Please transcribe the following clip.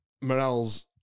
morale's